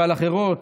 ועל אחרות,